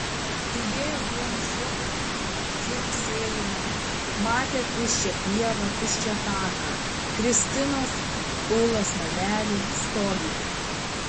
girdėjo vien žiogų čirpsėjimą matė tuščią pievą tuščią taką kristinos ulos namelį stoginę